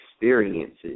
experiences